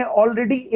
already